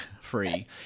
free